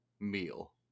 meal